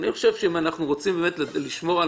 אני חושב שאם אנחנו רוצים באמת לשמור על